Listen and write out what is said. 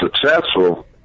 successful